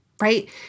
right